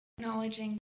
acknowledging